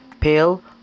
pale